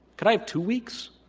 could i have two weeks?